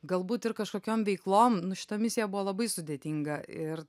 galbūt ir kažkokiom veiklom nu šita misija buvo labai sudėtinga ir